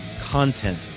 content